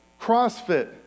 CrossFit